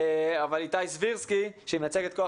אבל איתי סבירסקי שמייצג את כוח